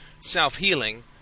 self-healing